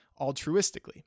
altruistically